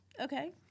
Okay